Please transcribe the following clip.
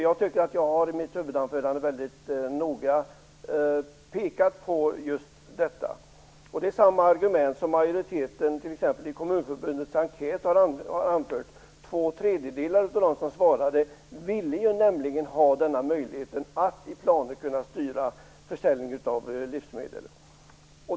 Jag tycker att jag i mitt huvudanförande väldigt noga har pekat på detta motiv. Det är samma argument som majoriteten i Kommunförbundets enkät har anfört. Två tredjedelar av dem som svarade ville nämligen ha denna möjlighet att i planer kunna styra försäljningen av livsmedel.